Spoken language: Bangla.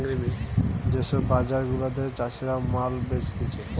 যে সব বাজার গুলাতে চাষীরা মাল বেচতিছে